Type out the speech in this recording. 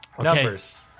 Numbers